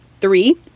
three